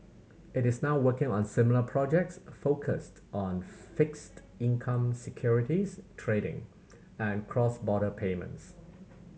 it is now working on similar projects focused on fixed income securities trading and cross border payments